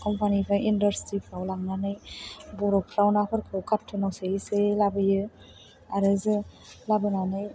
company एबा इन्दासट्रिफोराव लाबोनानै बरफफ्राव नाफोरखौ कार्टुनाव सोयै सोयै लाबोयो आरो जे लाबोनानै